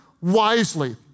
wisely